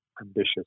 ambitious